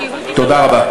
תודה רבה.